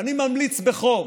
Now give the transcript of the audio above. ואני ממליץ בחום,